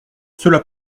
cela